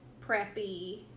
preppy